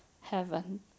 heaven